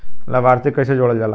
लभार्थी के कइसे जोड़ल जाला?